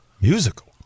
Musical